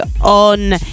on